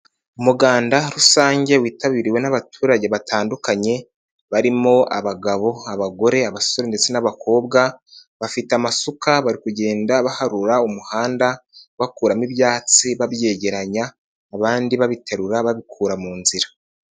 Umuganda rusange witabiriwe n'abaturage batandukanye, barimo abagabo, abagore, abasore, ndetse n'abakobwa, bafite amasuka bari kugenda baharura umuhanda bakuramo ibyatsi babyegeranya, abandi babiterura babikura mu nzira.